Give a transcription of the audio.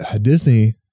Disney